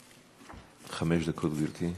חמש דקות, גברתי.